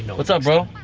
but what's up, bro?